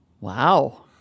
Wow